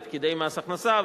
לפקידי מס הכנסה,